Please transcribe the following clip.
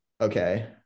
Okay